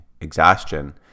exhaustion